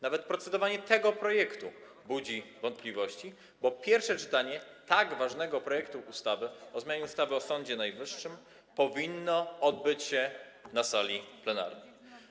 Nawet procedowanie nad tym projektem budzi wątpliwości, bo pierwsze czytanie tak ważnego projektu ustawy o zmianie ustawy o Sądzie Najwyższym powinno się odbyć na sali plenarnej.